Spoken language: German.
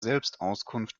selbstauskunft